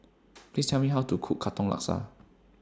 Please Tell Me How to Cook Katong Laksa